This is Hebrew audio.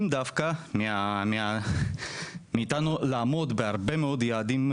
דווקא מאיתנו לעמוד בהרבה מאוד יעדים,